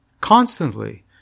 constantly